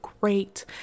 great